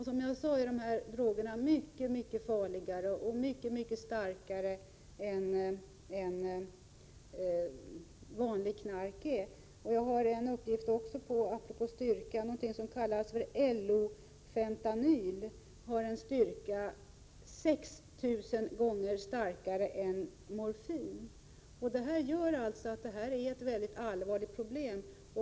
Som jag sade är ”designade” droger mycket farligare och starkare än vanligt knark. Jag har uppgifter om ett medel som kallas LO-Fentanyl. Det är 6 000 gånger starkare än morfin. Detta gör alltså att det kommer att bli allvarliga problem.